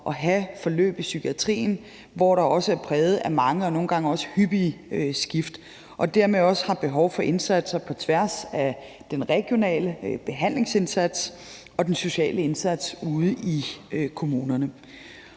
at have forløb i psykiatrien, hvor situationen er præget af mange og også nogle gange hyppige skift, og hvor man dermed også har behov for indsatser på tværs af den regionale behandlingsindsats og den sociale indsats ude i kommunerne.